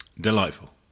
Delightful